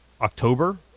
October